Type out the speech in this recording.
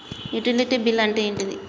Utility bill అంటే ఏంటిది?